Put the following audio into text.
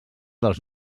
dels